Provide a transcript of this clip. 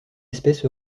espèce